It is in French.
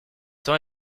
temps